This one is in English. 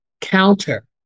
counter